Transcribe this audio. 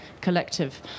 collective